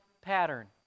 pattern